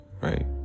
right